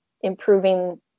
improving